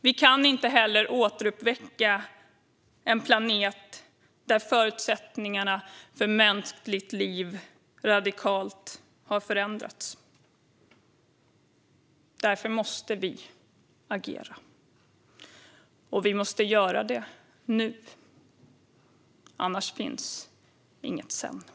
Vi kan inte heller återuppväcka en planet där förutsättningarna för mänskligt liv radikalt har förändrats. Därför måste vi agera, och vi måste göra det nu. Annars finns inget sedan.